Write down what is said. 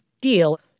deal